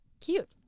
cute